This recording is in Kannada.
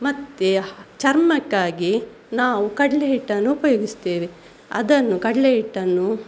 ಮತ್ತೆ ಚರ್ಮಕ್ಕಾಗಿ ನಾವು ಕಡಲೆಹಿಟ್ಟನ್ನು ಉಪಯೋಗಿಸುತ್ತೇವೆ ಅದನ್ನು ಕಡಲೆಹಿಟ್ಟನ್ನು